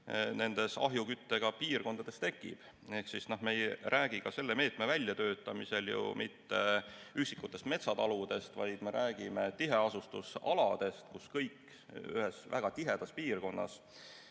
nendes ahjuküttega piirkondades tekib. Me ei räägi ka selle meetme väljatöötamisel ju mitte üksikutest metsataludest, vaid me räägime tiheasustusaladest, kus kõik ühes väga tihedas piirkonnas